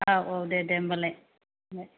औ औ दे दे होमब्लालाय